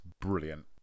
brilliant